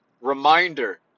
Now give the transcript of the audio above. reminder